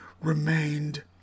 remained